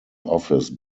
office